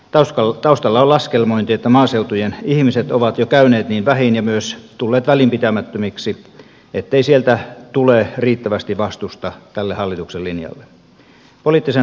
taustalla on laskelmointi että maaseutujen ihmiset ovat jo käyneet niin vähiin ja myös tulleet välinpitämättömiksi ettei sieltä tule riittävästi vastusta tälle hallituksen linjalle